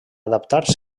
adaptar